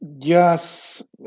Yes